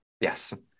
Yes